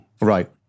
Right